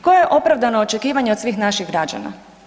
Koje je opravdano očekivanje od svih naših građana?